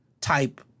type